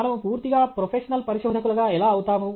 మనము పూర్తిగా ప్రొఫెషనల్ పరిశోధకులుగా ఎలా అవుతాము